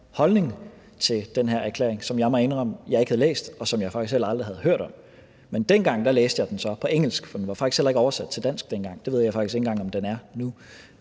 holdning til den her erklæring, som jeg må indrømme at jeg ikke havde læst, og som jeg faktisk heller aldrig havde hørt om. Men dengang læste jeg den så på engelsk, for den var faktisk heller ikke oversat til dansk dengang – det ved jeg faktisk ikke engang om den er nu.